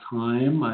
time